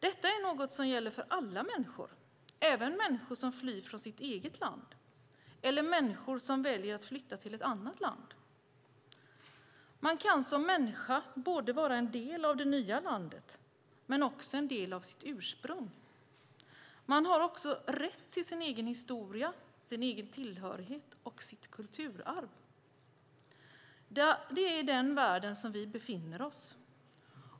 Detta är något som gäller för alla människor, även människor som flyr från sitt eget land eller människor som väljer att flytta till ett annat land. Man kan som människa vara både en del av det nya landet och en del av sitt ursprung. Man har också rätt till sin egen historia, sin egen tillhörighet och sitt kulturarv. Det är den världen som vi befinner oss i.